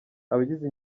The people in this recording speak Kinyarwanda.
abagize